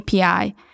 API